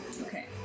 Okay